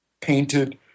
painted